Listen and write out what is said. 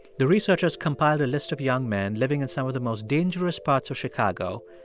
the researchers compiled a list of young men living in some of the most dangerous parts of chicago.